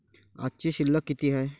आजची शिल्लक किती हाय?